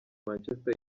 manchester